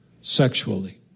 sexually